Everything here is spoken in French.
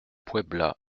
puebla